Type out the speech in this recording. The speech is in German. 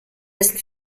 dessen